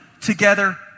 together